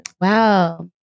Wow